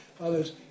others